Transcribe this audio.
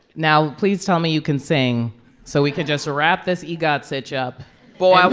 now, please tell me you can sing so we can just wrap this egot sitch up well,